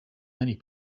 many